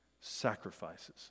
sacrifices